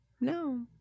No